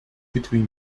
between